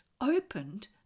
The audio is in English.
opened